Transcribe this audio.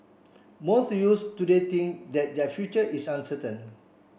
most youths today think that their future is uncertain